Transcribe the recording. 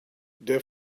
der